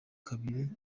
kabiri